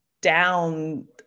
down